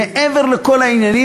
מעבר לכל העניינים,